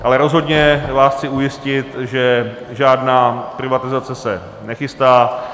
Ale rozhodně vás chci ujistit, že žádná privatizace se nechystá.